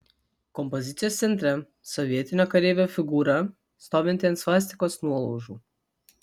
kompozicijos centre sovietinio kareivio figūra stovinti ant svastikos nuolaužų